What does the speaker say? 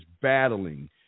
battling